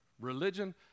religion